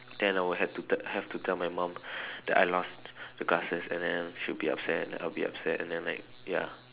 then I will have to tell have to tell my mum that I lost my glasses and then she'll be upset and I'll be upset and then like ya